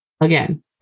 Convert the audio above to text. Again